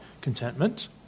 contentment